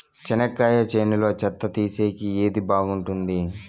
చెనక్కాయ చేనులో చెత్త తీసేకి ఏది బాగుంటుంది?